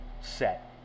set